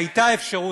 הייתה אפשרות,